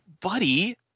Buddy